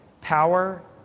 power